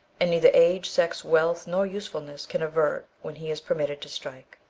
and neither age, sex, wealth, nor usefulness can avert when he is permitted to strike.